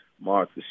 Martha